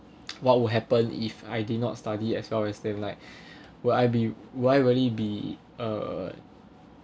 what would happen if I did not study as well as they like will I be why I really be uh